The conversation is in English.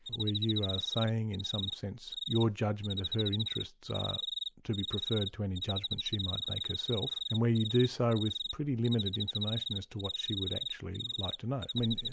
where you are saying in some sense, your judgment of her interests are to be preferred to any judgement she might make herself, and where you do so with pretty limited information as to what she would actually like to know. um and